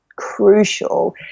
crucial